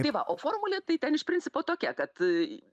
tai va o formulė tai ten iš principo tokia kad